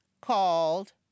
called